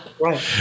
right